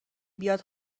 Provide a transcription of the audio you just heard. بیاد